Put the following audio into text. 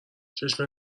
چشم